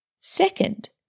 Second